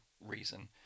reason